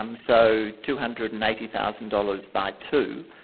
um so two hundred and eighty thousand dollars by two,